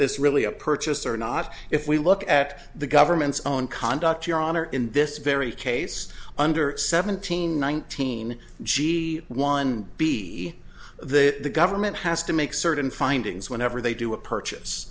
this really a purchase sir not if we look at the government's own conduct your honor in this very case under seventeen nineteen g one b the government has to make certain findings whenever they do a purchase